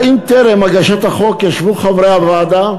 האם טרם הגשת הצעת החוק ישבו חברי הוועדה,